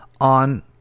on